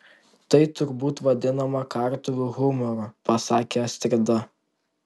tai turbūt vadinama kartuvių humoru pasakė astrida